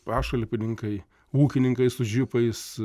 pašalpininkai ūkininkai su žipais